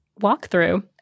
walkthrough